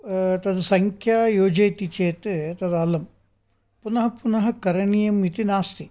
तद् सङ्ख्या योजयति चेत् तद् अलं पुनः पुनः करणीयम् इति नास्ति